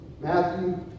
Matthew